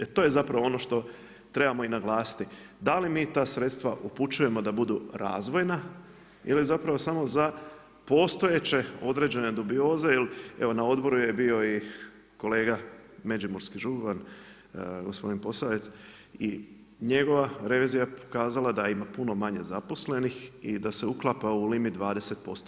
E to je zapravo ono štrebamo i naglasiti, da li mi ta sredstva upućujemo da budu razvojna ili samo za postojeće određene dubioze jer na odboru je bio i kolega međimurski župan gospodin Posavec i njegova revizija je pokazala da ima puno manje zaposlenih i da se uklapa u limit 20%